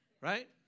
right